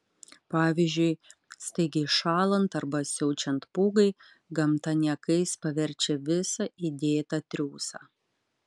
pavyzdžiui staigiai šąlant arba siaučiant pūgai gamta niekais paverčia visą įdėtą triūsą